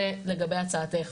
זה לגבי הצעתך.